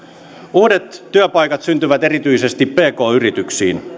uudet työpaikat syntyvät erityisesti pk yrityksiin